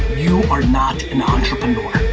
you are not an entrepreneur.